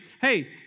hey